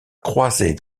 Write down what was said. croiser